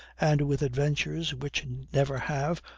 and with adventures which never have,